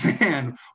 man